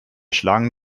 schlagen